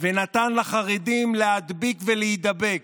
ונתן לחרדים להדביק ולהידבק.